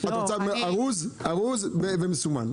ארוז ומסומן,